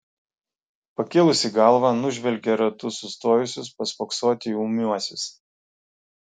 pakėlusi galvą nužvelgia ratu sustojusius paspoksoti ūmiuosius